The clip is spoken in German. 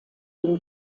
dem